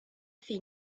fait